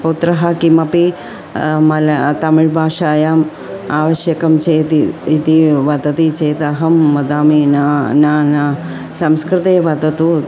पुत्रः किमपि मलं तमिळ् भाषायाम् आवश्यकं चेति इति वदति चेत् अहं वदामि न न न संस्कृते वदतु